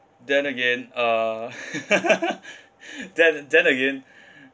then again uh then then again